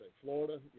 Florida